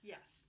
Yes